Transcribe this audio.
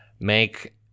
make